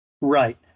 right